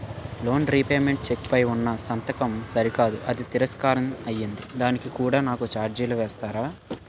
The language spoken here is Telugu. లోన్ రీపేమెంట్ చెక్ పై ఉన్నా సంతకం సరికాదు అని తిరస్కారం అయ్యింది దానికి కూడా నాకు ఛార్జీలు వేస్తారా?